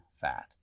fat